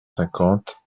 cinquante